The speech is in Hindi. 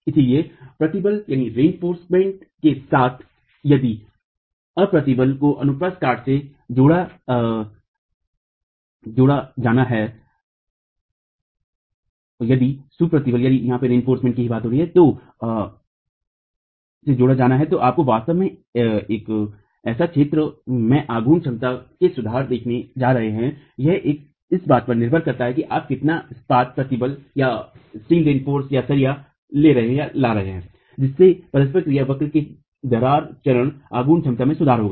इसलिए प्रबलित के साथ यदि सुप्रबलित को अनुप्रस्थ काट में जोड़ा जाना है तो हम वास्तव में इस क्षेत्र में आघूर्ण क्षमता के सुधार को देखने जा रहे हैंयह इस पर निर्भर करता है कि आप कितना स्पात प्रबलितसरिया ला रहे हैं जिससे परस्पर क्रिया वक्र के दरार चरण आघूर्ण क्षमता में सुधार होगा